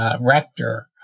rector